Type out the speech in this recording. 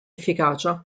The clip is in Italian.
efficacia